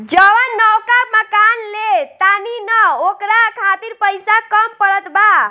जवन नवका मकान ले तानी न ओकरा खातिर पइसा कम पड़त बा